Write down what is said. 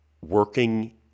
working